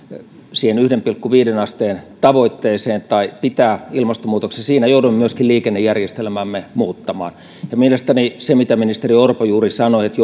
siihen yhteen pilkku viiteen asteen tavoitteeseen pitää ilmastonmuutoksen siinä joudumme myöskin liikennejärjestelmäämme muuttamaan mielestäni se mitä ministeri orpo juuri sanoi että